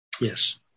Yes